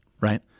right